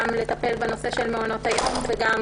גם לטפל בנושא של מעונות היום וגם